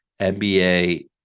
NBA